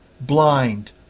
blind